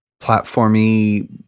platformy